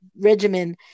regimen